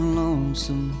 lonesome